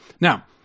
Now